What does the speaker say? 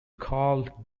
carl